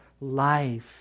life